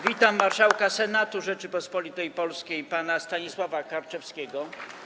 Witam marszałka Senatu Rzeczypospolitej Polskiej pana Stanisława Karczewskiego.